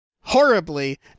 horribly